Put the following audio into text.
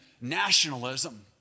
nationalism